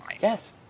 Yes